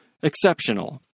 exceptional